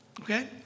Okay